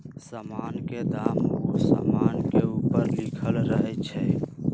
समान के दाम उ समान के ऊपरे लिखल रहइ छै